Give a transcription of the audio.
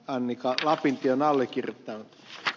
annika lapintie on allekirjoittanut